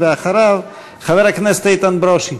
אחריו, חבר הכנסת איתן ברושי.